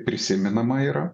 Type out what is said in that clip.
prisimenama yra